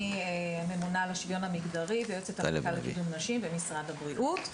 אני ממונה על השוויון המגדרי ויועצת המחלקה לקידום נשים במשרד הבריאות.